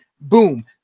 Boom